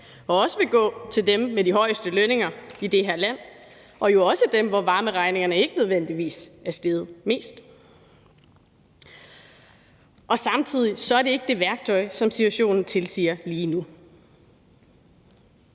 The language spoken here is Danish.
som også vil gå til dem med de højeste lønninger i det her land, og jo også til dem, hos hvem varmeregningen ikke nødvendigvis er steget mest. Samtidig er det ikke det værktøj, som situationen tilsiger lige nu.